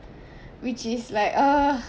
which is like ugh